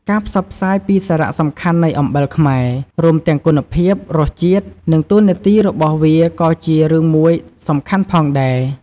ការផ្សព្វផ្សាយពីសារៈសំខាន់នៃអំបិលខ្មែរ រួមទាំងគុណភាព រសជាតិ និងតួនាទីរបស់វាក៏ជារឿងមួយសំខាន់ផងដែរ។